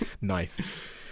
Nice